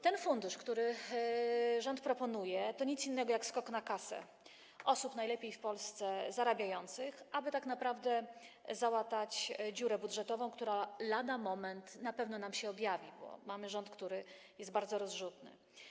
Ten fundusz, który rząd proponuje, to nic innego jak skok na kasę osób najlepiej w Polsce zarabiających, aby tak naprawdę załatać dziurę budżetową, która lada moment na pewno nam się objawi, bo mamy rząd, który jest bardzo rozrzutny.